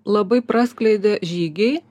labai praskleidė žygiai